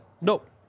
Nope